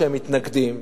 שהם מתנגדים,